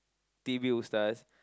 t_v O stars